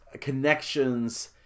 connections